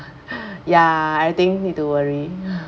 ya everything need to worry